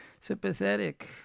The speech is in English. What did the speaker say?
sympathetic